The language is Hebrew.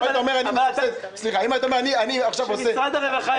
והיית אומר: אני מסבסד -- חבר'ה,